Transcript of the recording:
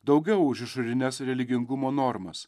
daugiau už išorines religingumo normas